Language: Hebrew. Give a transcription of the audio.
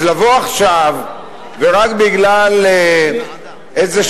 אז לבוא עכשיו ורק בגלל איזושהי